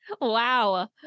wow